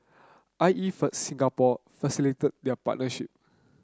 I E for Singapore facilitated their partnership